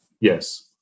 Yes